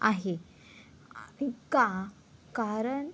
आहे का कारण